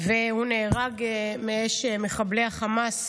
והוא נהרג מאש מחבלי החמאס